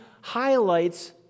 highlights